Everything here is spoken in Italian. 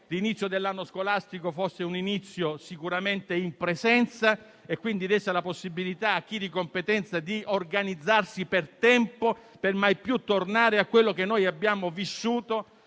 l'inizio dell'anno scolastico fosse sicuramente in presenza e fosse data la possibilità a chi di competenza di organizzarsi per tempo, per mai più tornare a quello che noi abbiamo vissuto